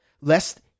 lest